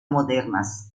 modernas